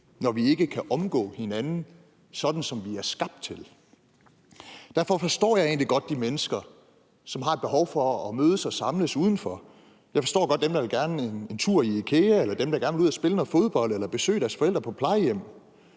når vi ikke kan omgås hinanden, sådan som vi er skabt til. Derfor forstår jeg egentlig godt de mennesker, som har et behov for at mødes og samles udenfor. Jeg forstår godt dem, der gerne vil en tur i Ikea eller dem, der gerne vil ud og spille noget fodbold eller besøge deres forældre på plejehjem.